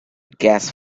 gas